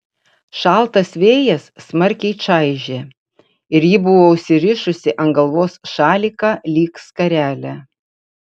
šaltas vėjas smarkiai čaižė ir ji buvo užsirišusi ant galvos šaliką lyg skarelę